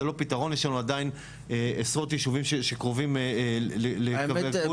לא פתרון יש לנו עדיין עשרות ישובים שקרובים לקו הגבול.